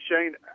Shane